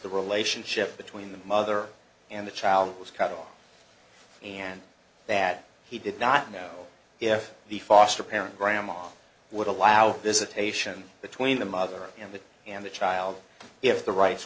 the relationship between the mother and the child was cut off and that he did not know if the foster parent grandma would allow visitation between the mother and the and the child if the rights